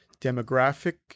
demographic